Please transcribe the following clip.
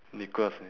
nicholas ah